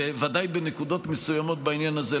בוודאי בנקודות מסוימות בעניין הזה,